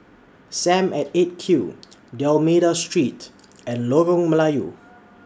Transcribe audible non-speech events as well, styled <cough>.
SAM At eight Q D'almeida Street and Lorong Melayu <noise>